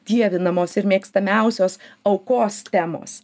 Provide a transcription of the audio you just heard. dievinamos ir mėgstamiausios aukos temos